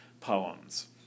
poems